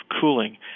cooling